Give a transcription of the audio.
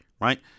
right